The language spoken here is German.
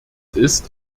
ist